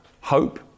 hope